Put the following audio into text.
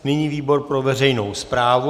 Nyní výbor pro veřejnou správu.